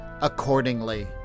accordingly